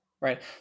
right